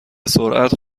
سرعت